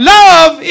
Love